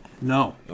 No